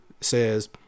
says